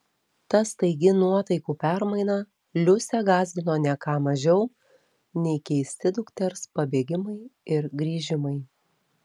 ta staigi nuotaikų permaina liusę gąsdino ne ką mažiau nei keisti dukters pabėgimai ir grįžimai